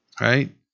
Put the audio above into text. right